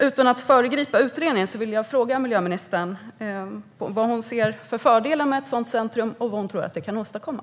Utan att föregripa utredningen vill jag fråga miljöministern vad hon ser för fördelar med ett sådant centrum och vad hon tror att det kan åstadkomma.